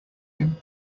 him